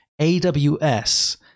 AWS